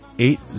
eight